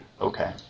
Okay